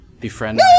befriend